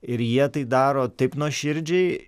ir jie tai daro taip nuoširdžiai